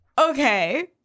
Okay